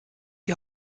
die